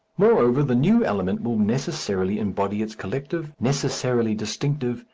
moreover, the new element will necessarily embody its collective, necessarily distinctive,